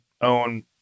own